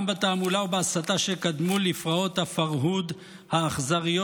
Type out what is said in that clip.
גם בתעמולה ובהסתה שקדמו לפרעות הפרהוד האכזריות,